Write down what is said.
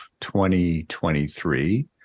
2023